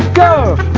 go!